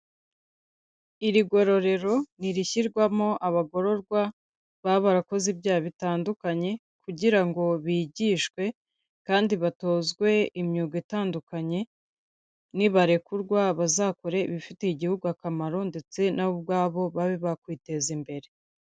Iri ngororero ni irishyirwamo abagororwa baba barakoze ibyaha bitandukanye kugira ngo bigishwe kandi batozwe imyuga itandukanye, nibarekurwa bazakore ibifitiye igihugu akamaro ndetse na bo ubwabo babe bakwiteza imbere.